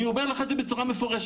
אני אומר לך את זה בצורה מפורשת,